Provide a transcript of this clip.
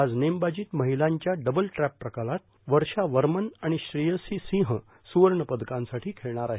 आज नेमबाजीत महिलांच्या डबल ट्रॅप प्रकारात वर्षा वर्मन आणि श्रेयसी सिंह स्रवर्ण पदकांसाठी खेळणार आहेत